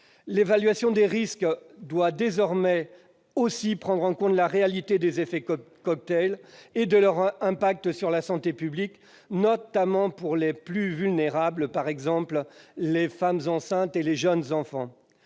L'évaluation des risques doit désormais aussi prendre en compte la réalité des effets cocktail et de leur impact sur la santé publique, notamment pour les plus vulnérables, comme les femmes enceintes et les jeunes enfants.